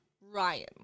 Ryan